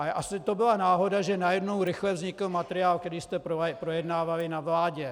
Ale asi to byla náhoda, že najednou rychle vznikl materiál, který jste projednávali na vládě.